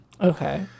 okay